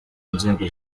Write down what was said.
nzego